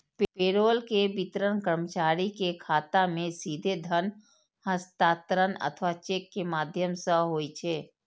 payroll के वितरण कर्मचारी के खाता मे सीधे धन हस्तांतरण अथवा चेक के माध्यम सं होइ छै